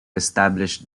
establish